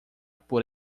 por